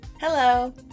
Hello